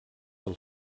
del